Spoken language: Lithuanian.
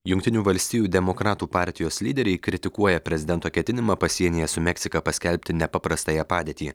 jungtinių valstijų demokratų partijos lyderiai kritikuoja prezidento ketinimą pasienyje su meksika paskelbti nepaprastąją padėtį